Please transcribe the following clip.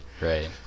Right